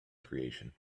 creation